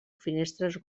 finestres